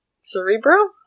Cerebro